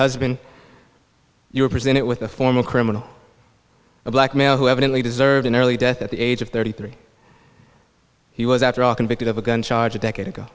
husband you were presented with a formal criminal a blackmailer who evidently deserved an early death at the age of thirty three he was after all convicted of a gun charge a decade ago